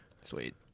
Sweet